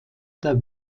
der